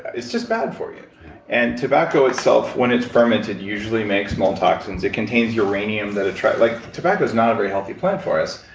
it's just bad for you yeah and tobacco itself when it's fermented usually makes mold toxins. it contains uranium, that attracts. like tobacco is not a very healthy plant for us.